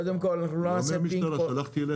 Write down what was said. לא למשטרה, שלחתי אליך.